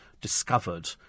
Discovered